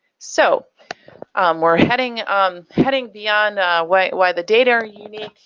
so we're heading um heading beyond why why the data are unique?